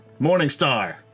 Morningstar